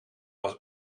was